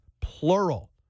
plural